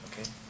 okay